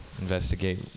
Investigate